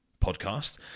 podcast